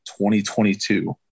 2022